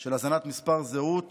של הזנת מספר זהות